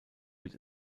wird